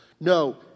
No